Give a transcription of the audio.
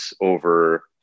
over